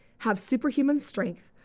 have super-human strength,